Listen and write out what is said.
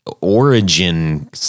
origin